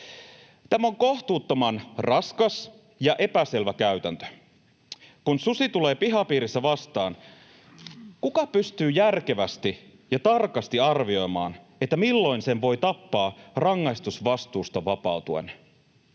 Tämä on kohtuuttoman raskas ja epäselvä käytäntö. Kun susi tulee pihapiirissä vastaan, kuka pystyy järkevästi ja tarkasti arvioimaan, milloin sen voi tappaa rangaistusvastuusta vapautuen?